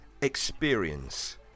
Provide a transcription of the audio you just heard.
experience